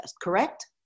correct